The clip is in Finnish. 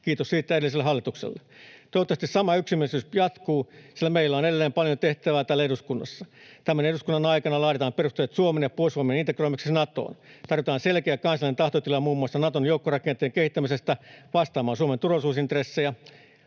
kiitos siitä edelliselle hallitukselle. Toivottavasti sama yksimielisyys jatkuu, sillä meillä on edelleen paljon tehtävää täällä eduskunnassa. Tämän eduskunnan aikana laaditaan perusteet Suomen ja Puolustusvoimien integroimiseksi Natoon. Tarvitaan selkeä kansallinen tahtotila muun muassa Naton joukkorakenteen kehittämisestä vastaamaan Suomen turvallisuusintressejä.